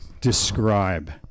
describe